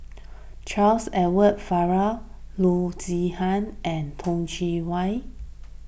Charles Edward Faber Loo Zihan and Toh Chin